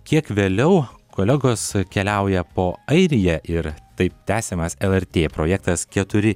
kiek vėliau kolegos keliauja po airiją ir taip tęsiamas lrt projektas keturi